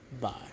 Bye